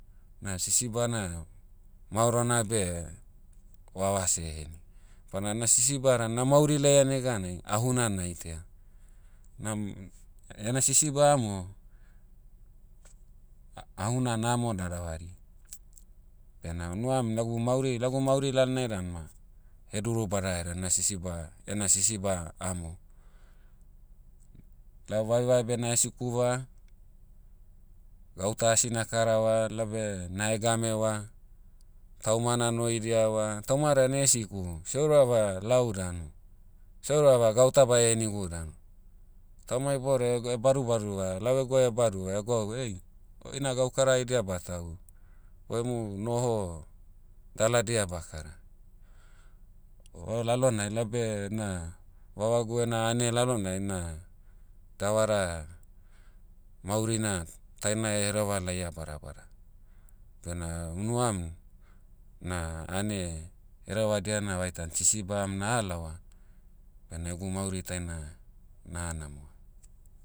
Na sisiba na, maorona beh, vava seh heni. Bana na sisiba da na'mauri laia neganai, ahuna na'itaia. Nam- ena sisiba amo, ahuna namo na'davari. Bena unuam lagu mauri- lagu mauri lalonai dan ma, heduru badaherea na sisiba- ena sisiba amo. Lau vaevae beh na'hesikuva, gauta asi nakarava laube na'hegameva. Tauma na'noidiava tauma dan ehesiku, seh urava lau danu. Seh urava gauta bae henigu danu. Tauma iboudiai egoh- badubaduva lau eguai baduva gwauva ei, oina gaukara haidia ba'tahu. Oi emu noho, daladia ba'kara. O lalonai lau beh na, vavagu ena ane lalonai ena, davara, maurina taina hereva laia badabada. Bena unuam, na ane herevadia na vaitan sisiba am na'halaoa, bena egu mauri taina, na'hanamoa.